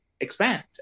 expand